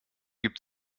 gibt